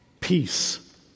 Peace